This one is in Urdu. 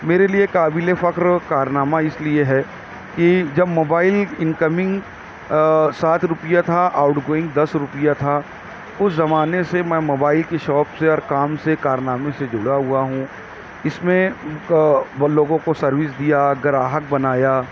میرے لیے قابل فخر کارنامہ اس لیے ہے کہ جب موبائل انکمنگ سات روپیہ تھا اور آوٹ گوئنگ دس روپیہ تھا اس زمانے سے میں موبائل کی شاپ سے اور کام سے کارنامے سے جڑا ہوا ہوں اس میں بہت لوگوں کو سروس دیا گراہک بنایا